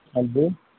हां जी